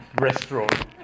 restaurant